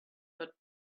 but